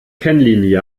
kennlinie